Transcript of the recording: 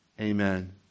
Amen